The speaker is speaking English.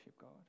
God